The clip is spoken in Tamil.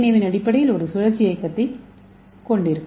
ஏவின் அடிப்படையில் இது ஒரு சுழற்சி இயக்கத்தைக் கொண்டிருக்கும்